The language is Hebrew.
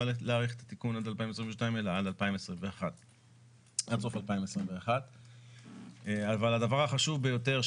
להאריך את התיקון עד 2022 אלא עד סוף 2021. הדבר החשוב ביותר,